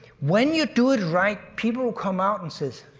when you do it right, people come out and say,